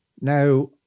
Now